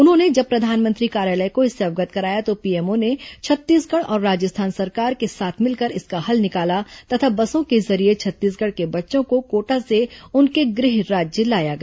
उन्होंने जब प्रधानमंत्री कार्यालय को इससे अवगत कराया तो पीएमओ ने छत्तीसगढ़ और राजस्थान सरकार के साथ मिलकर इसका हल निकाला तथा बसों के जरिये छत्तीसगढ़ के बच्चों को कोटा से उनके गृह राज्य लाया गया